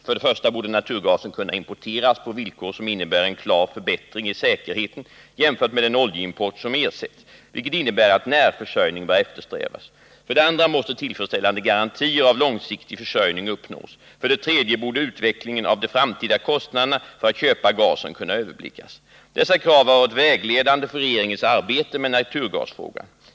För det första borde naturgasen kunna importeras på villkor som innebär en klar förbättring i säkerheten jämfört med den oljeimport som ersätts, vilket innebär att närförsörjning bör eftersträvas. För det andra måste tillfredsställande garantier för långsiktig försörjning uppnås. För det tredje borde utvecklingen av de framtida kostnaderna för att köpa gasen kunna överblickas. Dessa krav har varit vägledande för regeringens arbete med naturgasfrågan.